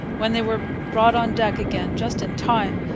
when they were brought on deck again, just in time,